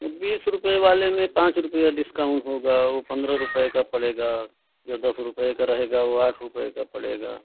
बीस रुपये वाले में पाँच रुपये डिस्काउंट होगा वह पन्द्रह रुपये का पड़ेगा जो दस रुपये का रहेगा वो आठ रूपये का पड़ेगा